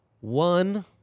One